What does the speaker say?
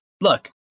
look